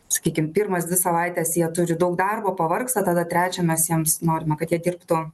sakykim pirmas dvi savaites jie turi daug darbo pavargsta tada trečią mes jiems norime kad jie dirbtų